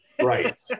right